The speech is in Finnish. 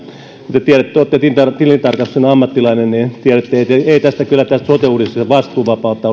kun te olette tilintarkastuksen ammattilainen niin tiedätte että ei tästä sote uudistuksesta vastuuvapautta